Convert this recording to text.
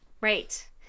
Right